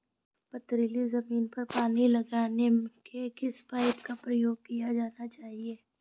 पथरीली ज़मीन पर पानी लगाने के किस पाइप का प्रयोग किया जाना चाहिए?